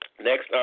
Next